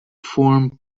form